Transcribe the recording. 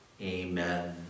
Amen